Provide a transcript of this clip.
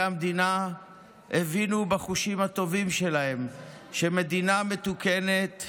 המדינה הבינו בחושים הטובים שלהם שמדינה מתוקנת,